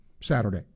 Saturday